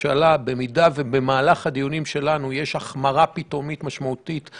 במידה ובמהלך הדיונים שלנו יש החמרה פתאומית ומשמעותית,